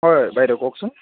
হয় বাইদেউ কওকচোন